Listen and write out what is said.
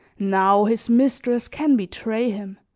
now his mistress can betray him,